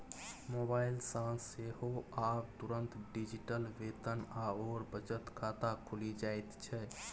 mobile सँ सेहो आब तुरंत डिजिटल वेतन आओर बचत खाता खुलि जाइत छै